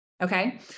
okay